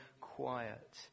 quiet